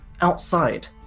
outside